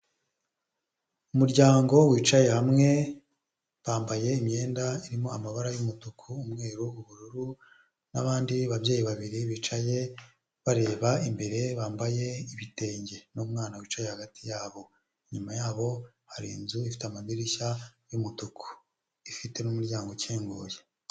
Umuryango wicaye hamwe, bambaye imyenda irimo amabara y'umutuku, umweru, ubururu n'abandi babyeyi babiri bicaye bareba imbere bambaye ibitenge n'umwana wicaye hagati yabo. Inyuma yabo hari inzu ifite amadirishya y'umutuku, ifite n'umuryango ukinguye.